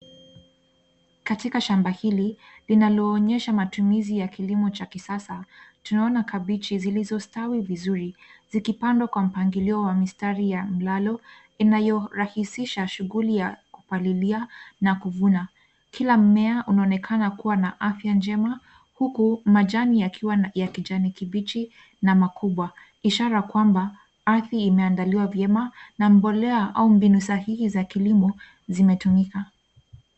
Katika shamba hili linaloonyesha matumizi ya kilimo cha kisasa tunaona kabichi zilizostawi vizuri zikipandwa kwa mpangilio wa mistari ya mlalo inayorahisisha shughuli ya kupalilia na kuvuna. Kila mmea unaonekana kuwa na afya njema huku majani yakiwa ya kijani kibichi na makubwa ishara kwamba, ardhi imeandaliwa vyema na mbolea au mbinu sahihi za kilimo zimetumika.